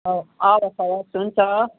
हवस् हवस् हुन्छ